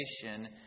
creation